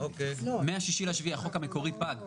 מה-6 ביולי החוק המקורי פג,